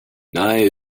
nye